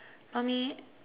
mummy